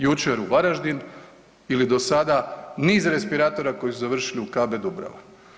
Jučer u Varaždin ili do sada niz respiratora koji su završili u KB Dubrava.